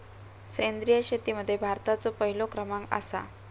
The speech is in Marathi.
सेंद्रिय शेतीमध्ये भारताचो पहिलो क्रमांक आसा